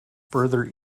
further